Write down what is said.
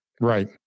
Right